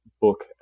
book